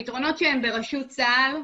הפתרונות שהם ברשות צה"ל,